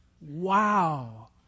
Wow